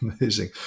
amazing